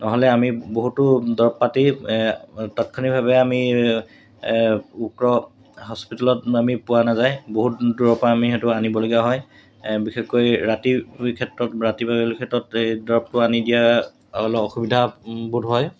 নহ'লে আমি বহুতো দৰৱ পাতি তৎক্ষণিকভাৱে আমি উক্ত হস্পিটেলত আমি পোৱা নাযায় বহুত দূৰৰপৰা আমি সেইটো আনিবলগীয়া হয় বিশেষকৈ ৰাতি ক্ষেত্ৰত ৰাতি বিয়লি ক্ষেত্ৰত এই দৰৱটো আনি দিয়া অলপ অসুবিধা বোধ হয়